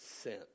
sent